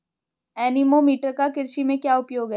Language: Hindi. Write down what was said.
एनीमोमीटर का कृषि में क्या उपयोग है?